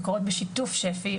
וקורות בשיתוף שפ"י,